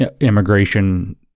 immigration